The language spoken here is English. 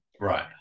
right